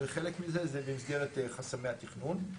חלק מזה הם במסגרת חסמי התכנון.